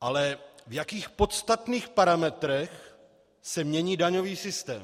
Ale v jakých podstatných parametrech se mění daňový systém?